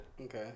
Okay